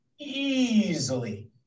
easily